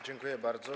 Dziękuję bardzo.